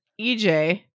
EJ